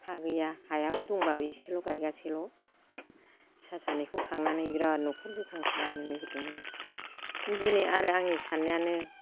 हा गैया हायाबो दंब्लाबो एसेल' गाइगासेल' फिसा सानैखौ खांनानै बिराद न'खर गोख्रों खालामनो नागिरदोंमोन आं दिनै आरो आंनि साननायानो